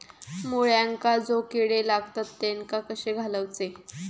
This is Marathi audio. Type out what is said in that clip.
मुळ्यांका जो किडे लागतात तेनका कशे घालवचे?